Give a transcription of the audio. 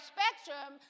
Spectrum